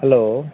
hello